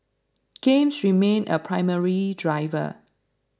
games remain a primary driver